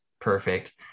perfect